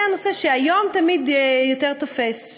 זה הנושא שהיום תמיד יותר תופס,